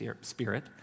Spirit